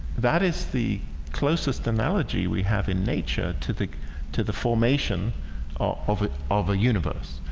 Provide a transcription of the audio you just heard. that is the closest analogy we have in nature to the to the formation ah of ah of a universe,